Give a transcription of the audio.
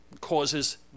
causes